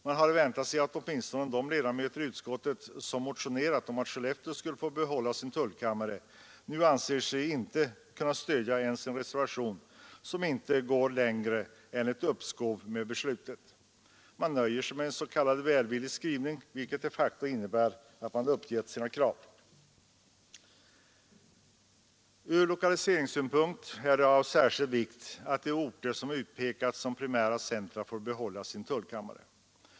Man hade väntat sig att åtminstone de ledamöter i utskottet som motionerat om att Skellefteå skulle få behålla sin tullkammare skulle stödja en reservation som inte går längre än till ett uppskov med beslutet. De nöjer sig med en s.k. välvillig skrivning, vilket de facto innebär att de uppgett sina krav. Ur lokaliseringssynpunkt är det av särskild vikt att de orter som utpekats som primära centra får behålla sin tullkammare.